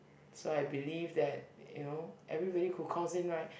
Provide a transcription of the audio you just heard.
so I believe that you know everybody who calls in right